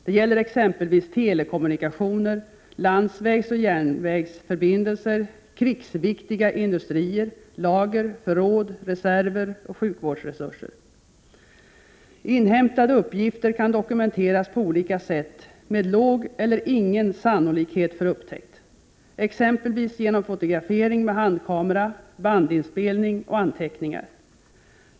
Detta gäller exempelvis Inhämtade uppgifter kan dokumenteras på olika sätt med låg till ingen sannolikhet för upptäckt, exempelvis fotografering med handkamera, bandinspelning och anteckningar.